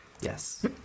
Yes